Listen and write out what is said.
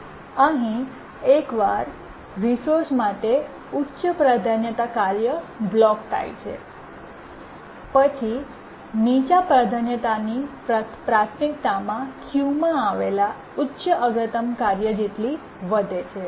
અહીં એકવાર રિસોર્સ માટે ઉચ્ચ પ્રાધાન્યતા કાર્ય બ્લોક થાય છે પછી નીચા પ્રાધાન્યતાની પ્રાથમિકતા ક્યુમાં માં આવેલા ઉચ્ચતમ અગ્રતા કાર્ય જેટલી વધે છે